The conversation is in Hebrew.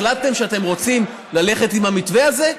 החלטתם שאתם רוצים ללכת עם המתווה הזה,